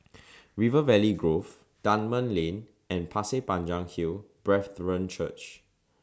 River Valley Grove Dunman Lane and Pasir Panjang Hill Brethren Church